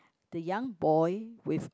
the young boy with